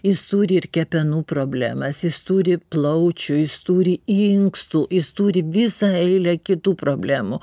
jis turi ir kepenų problemas jis turi plaučių jis turi inkstų jis turi visą eilę kitų problemų